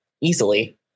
easily